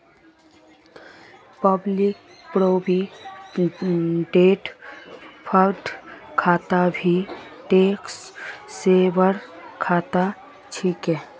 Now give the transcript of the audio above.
public provident fund खाता भी tax saver खाता छिके